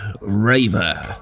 Raver